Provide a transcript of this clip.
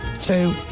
two